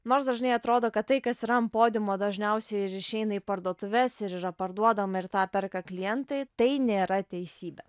nors dažnai atrodo kad tai kas yra ant podiumo dažniausiai ir išeina į parduotuves ir yra parduodama ir tą perka klientai tai nėra teisybė